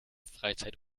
freizeit